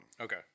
Okay